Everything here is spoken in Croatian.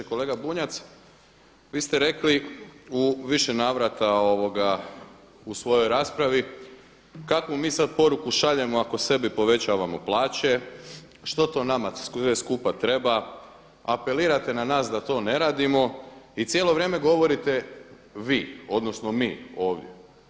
Kolega Bunjac, vi ste rekli u više navrta u svojoj raspravi kakvu mi sada poruku šaljemo ako sebi povećavamo plaće, što to nam skupa treba, apelirate na nas da to ne radimo i cijelo vrijeme govorite vi odnosno mi ovdje.